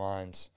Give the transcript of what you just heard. Minds